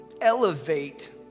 elevate